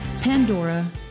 Pandora